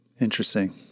Interesting